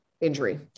injury